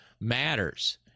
matters